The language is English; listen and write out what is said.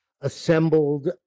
assembled